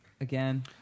Again